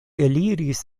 eliris